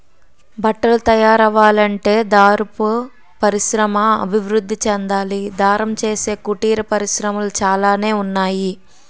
బట్టలు తయారవ్వాలంటే దారపు పరిశ్రమ అభివృద్ధి చెందాలి దారం చేసే కుటీర పరిశ్రమలు చాలానే ఉన్నాయి